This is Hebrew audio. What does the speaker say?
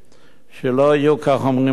שלא יהיו, כך אומרים חז"ל.